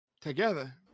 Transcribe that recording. together